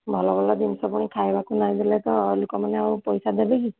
ଭଲ ଭଲ ଜିନିଷ ପୁଣି ଖାଇବାକୁ ନାଇଁ ଦେଲେ ତ ଲୋକମାନେ ଆଉ ପଇସା ଦେବେ କି